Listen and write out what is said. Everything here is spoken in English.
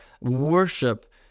worship